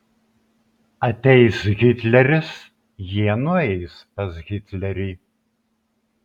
ateis hitleris jie nueis pas hitlerį